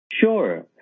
Sure